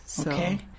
Okay